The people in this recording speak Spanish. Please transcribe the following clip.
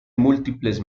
múltiples